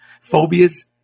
phobias